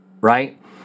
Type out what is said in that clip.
right